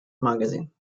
magazine